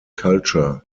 culture